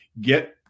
get